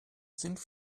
sind